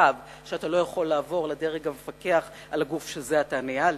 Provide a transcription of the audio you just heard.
זה מובן מאליו שאתה לא יכול לעבור לדרג המפקח על הגוף שזה עתה ניהלת.